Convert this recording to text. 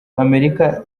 amerika